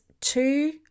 two